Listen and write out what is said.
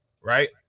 right